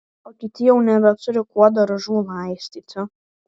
o kiti jau nebeturi kuo daržų laistyti